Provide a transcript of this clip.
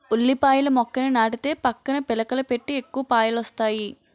ఉల్లిపాయల మొక్కని నాటితే పక్కన పిలకలని పెట్టి ఎక్కువ పాయలొస్తాయి